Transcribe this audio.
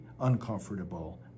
uncomfortable